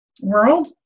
world